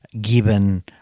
given